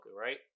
right